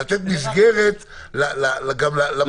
לתת מסגרת למצב.